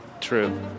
True